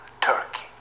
Turkey